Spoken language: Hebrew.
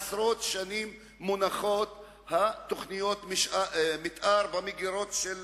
עשרות שנים מונחות תוכניות המיתאר במגירות של